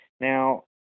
Now